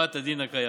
להוראת הדין הקיים.